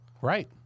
Right